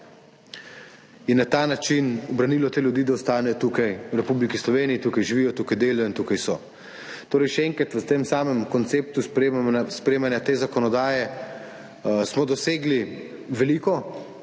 in na ta način branilo te ljudi, da ostanejo tukaj, v Republiki Sloveniji, tukaj živijo, tukaj delajo in tukaj so. Torej še enkrat, v tem samem konceptu sprejemanja te zakonodaje smo dosegli veliko